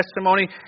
testimony